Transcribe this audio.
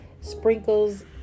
sprinkles